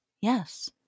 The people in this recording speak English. Yes